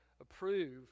approve